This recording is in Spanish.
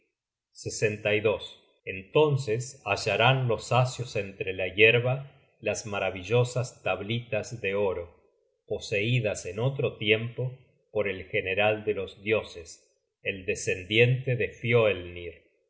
antiguas de fimbul tyr entonces hallarán los asios entre la yerba las maravillosas tablitas de oro poseidas en otro tiempo por el general de los dioses el descendiente de